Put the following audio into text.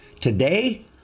Today